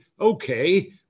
Okay